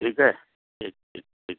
ٹھیک ہے ٹھیک ٹھیک ٹھیک